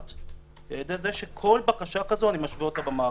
אחת - זה על-ידי זה שכל בקשה כזו אני משווה אותה במאגר.